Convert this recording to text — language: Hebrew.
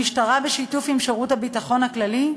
במשטרה, בשיתוף עם שירות הביטחון הכללי,